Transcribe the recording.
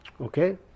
Okay